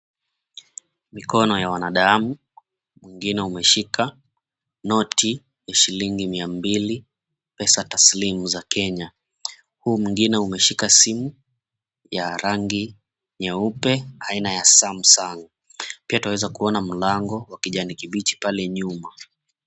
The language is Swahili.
Mikono ya wanadamu ingine imeshika noti ya shilingi mia mbili pesa tasilimu za Kenya. Huu mwingine umeshika simu ya rangi nyeupe aina ya Samsung. Pia twaweza kuona mlango wa kijani kibichi pale nyuma.